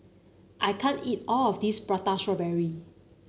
I can't eat all of this Prata Strawberry